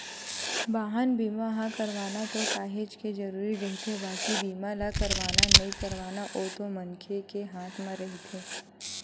बाहन बीमा ह करवाना तो काहेच के जरुरी रहिथे बाकी बीमा ल करवाना नइ करवाना ओ तो मनखे के हात म रहिथे